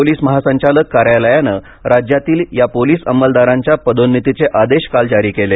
police महासंचालक कार्यालयानं राज्यातील या पोलीस अंमलदारांच्या पदोन्नतीचे आदेश काल जारी केले